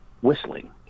whistling